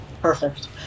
Perfect